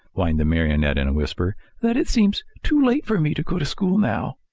whined the marionette in a whisper, that it seems too late for me to go to school now.